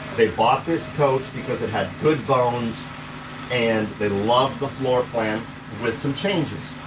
they bought this coach because it had good bones and they loved the floor plan with some changes.